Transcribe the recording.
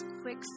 quick